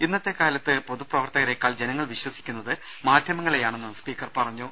ഇന്നത്തെകാലത്ത് പൊതുപ്രവർത്തകരേക്കാൾ ജനങ്ങൾ വിശ്വസിക്കുന്നത് മാധ്യമങ്ങളെയാണെന്നും സ്പീക്കർ പറഞ്ഞു